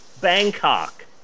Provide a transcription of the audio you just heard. Bangkok